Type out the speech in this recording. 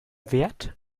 wert